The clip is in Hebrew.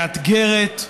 מאתגרת,